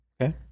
Okay